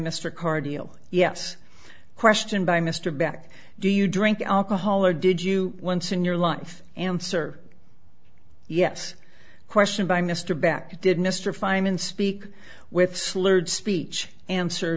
mr carr deal yes question by mr back do you drink alcohol or did you once in your life answer yes question by mr back did mr fineman speak with slurred speech answer